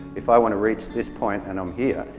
if i want to reach this point and i'm here,